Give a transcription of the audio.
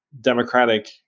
democratic